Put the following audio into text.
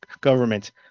government